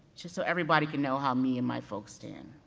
just so everybody can know how me and my folks stand.